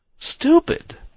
Stupid